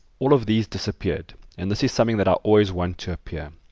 all of these disappeared and this is something that i always want to appear.